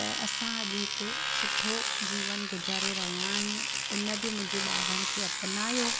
त असां अॼु हिकु सुठो जीवन गुज़ारे रया आहियूं उन बि मुंहिंजे ॿारनि खे अपनायो